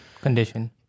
condition